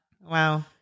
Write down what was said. Wow